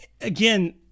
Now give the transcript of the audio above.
Again